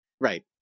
Right